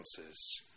answers